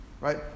right